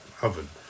oven